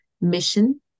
mission